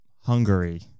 Hungary